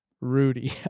Rudy